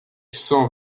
cent